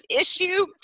issue